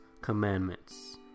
commandments